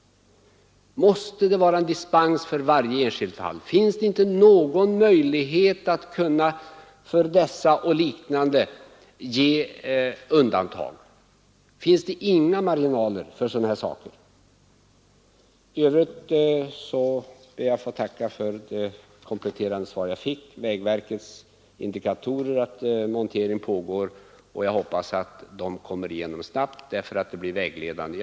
Finns det inte någon möjlighet att göra ett undantag under dessa och liknande omständigheter? Finns det inga marginaler för sådana här saker? I övrigt ber jag att få tacka för det kompletterande svar jag fick att det pågår montering av vägverkets indikatorer. Jag hoppas att arbetet kommer att gå snabbt, därför att det blir vägledande.